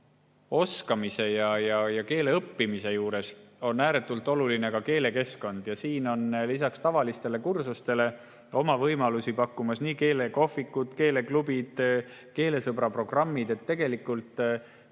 oskamise ja õppimise juures ääretult oluline ka keelekeskkond. Siin on lisaks tavalistele kursustele oma võimalusi pakkumas keelekohvikud, keeleklubid ja keelesõbra programmid. Nii et mitte